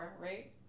right